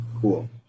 Cool